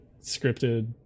scripted